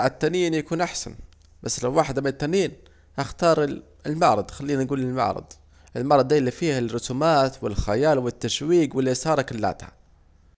التنين يكون احسن، بس لو واحدة مالتنين هختار المعرض خلينا نجول المعرض، المعرض ديه الي فيه الرسومات والخيال والتشويج والاسارة كلاتها